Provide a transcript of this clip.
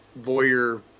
voyeur